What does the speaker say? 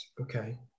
okay